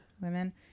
women